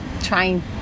trying